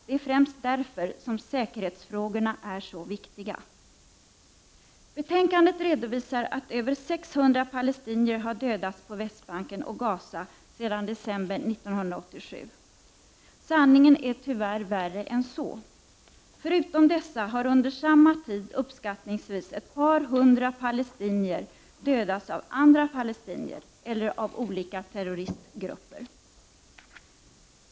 Det är främst därför som säkerhetsfrågorna är så viktiga. Betänkandet redovisar att över 600 palestinier har dödats på Västbanken och Gaza sedan december 1987. Sanningen är tyvärr värre än så. Förutom dessa har under samma tid uppskattningsvis ett par hundra palestinier dödats av andra palestinier eller av olika terroristgrupper.